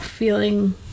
feeling